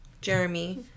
Jeremy